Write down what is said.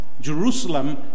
Jerusalem